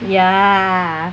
ya ah